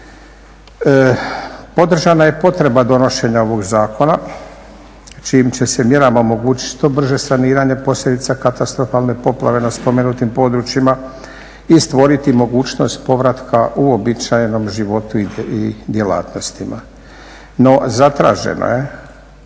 podržana je potreba donošenja ovog zakona čijim će se mjerama omogućit što brže saniranje posljedica katastrofalne poplave na spomenutim područjima i stvoriti mogućnost povratka uobičajenom životu i djelatnostima. No zatraženo je